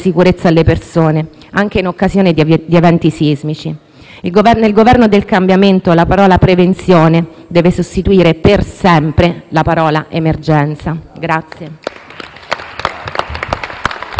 sicurezza alle persone, anche in occasione di eventi sismici. Il Governo del cambiamento alla parola «prevenzione» deve sostituire per sempre la parola «emergenza».